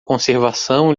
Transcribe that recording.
conservação